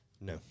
No